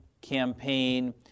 campaign